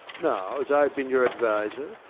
now, as i have been your adviser,